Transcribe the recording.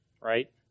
right